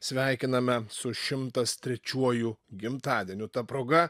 sveikiname su šimtas trečiuoju gimtadieniu ta proga